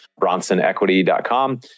bronsonequity.com